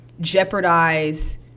jeopardize